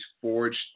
forged